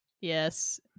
yes